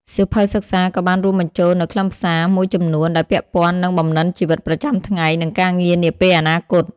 សៀវភៅសិក្សាក៏បានរួមបញ្ចូលនូវខ្លឹមសារមួយចំនួនដែលពាក់ព័ន្ធនឹងបំណិនជីវិតប្រចាំថ្ងៃ និងការងារនាពេលអនាគត។